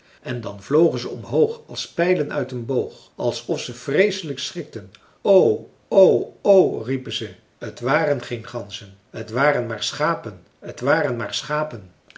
en dan vlogen ze omhoog als pijlen uit een boog alsof ze vreeselijk schrikten o o o riepen ze t waren geen ganzen t waren maar schapen t waren maar schapen